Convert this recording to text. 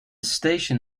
station